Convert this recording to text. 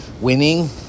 winning